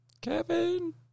Kevin